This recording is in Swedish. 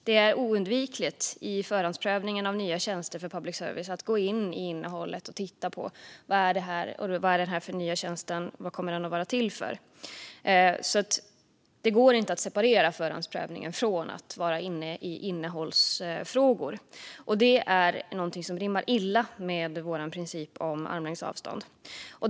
Det är oundvikligt i förhandsprövningen av nya tjänster för public service att gå in i innehållet och titta på vad den nya tjänsten kommer att vara till för. Det går inte att separera förhandsprövningen från att vara inne i innehållsfrågor, och det rimmar illa med vår princip om armlängds avstånd.